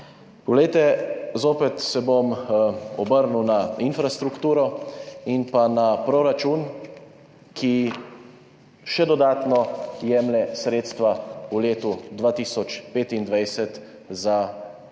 Zopet se bom obrnil na infrastrukturo in na proračun, ki še dodatno jemlje sredstva v letu 2025 za cestno